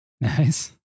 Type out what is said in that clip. Nice